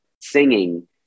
singing